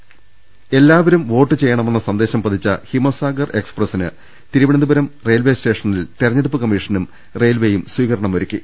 ദർവ്വെടു എല്ലാ വരും വോട്ട് ചെയ്യണ മെന്ന സന്ദേശം പതിച്ച ഹിമസാഗർ എക്സ്പ്രസിന് തിരുവനന്തപുരം റെയിൽവെ സ്റ്റേഷനിൽ തെര ഞ്ഞെടുപ്പ് കമ്മീഷനും റെയിൽവെയും സ്വീകരണമൊരുക്കി